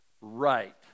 right